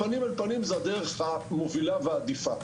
פנים אל פנים זו הדרך המובילה והעדיפה.